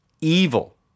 evil